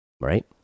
right